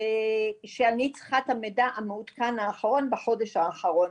שאני צריכה את המידע המעודכן האחרון בחודש האחרון,